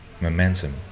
momentum